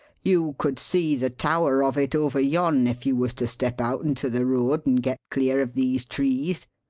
you could see the tower of it over yon if you was to step out into the road and get clear of these trees.